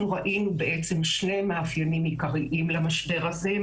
אנחנו ראינו בעצם שני מאפיינים עיקריים למשבר הזה.